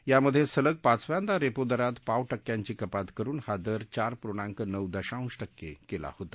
यामध्ये सलग पाचव्यांदा रेपो दरात पाव टक्क्यांची कपात करून हा दर चार पूर्णांक नऊ दशांश टक्के केला होता